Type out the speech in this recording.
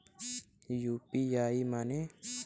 UPI माने?